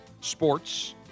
sports